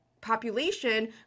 population